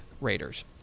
Raiders